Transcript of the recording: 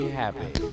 happy